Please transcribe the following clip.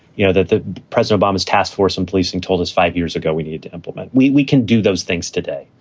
you know that the president obama's task force on policing told us five years ago, we need to implement what we can do those things today.